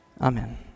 Amen